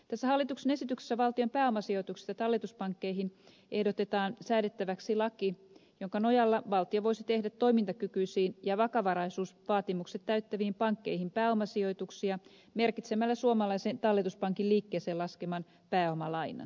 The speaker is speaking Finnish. tässä hallituksen esityksessä valtion pääomasijoituksista talletuspankkeihin ehdotetaan säädettäväksi laki jonka nojalla valtio voisi tehdä toimintakykyisiin ja vakavaraisuusvaatimukset täyttäviin pankkeihin pääomasijoituksia merkitsemällä suomalaisen talletuspankin liikkeeseen laskeman pääomalainan